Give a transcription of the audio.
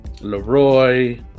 Leroy